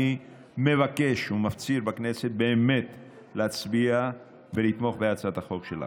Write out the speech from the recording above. אני מבקש ומפציר בכנסת באמת להצביע ולתמוך בהצעת החוק שלך.